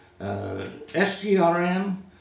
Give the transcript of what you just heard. SGRM